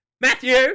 Matthew